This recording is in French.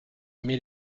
met